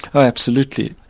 ah absolutely.